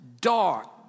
Dark